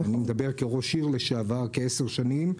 אני מדבר כראש עיר לשעבר כעשר שנים,